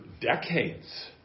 decades